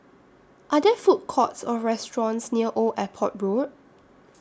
Are There Food Courts Or restaurants near Old Airport Road